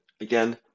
again